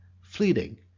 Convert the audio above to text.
fleeting